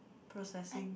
processing